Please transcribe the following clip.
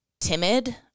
timid